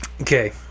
Okay